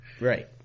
Right